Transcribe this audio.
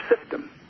system